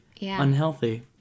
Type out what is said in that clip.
unhealthy